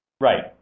Right